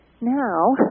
now